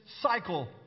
cycle